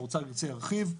האוצר ירצה, ירחיב.